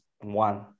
One